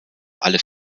alle